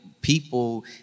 people